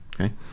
okay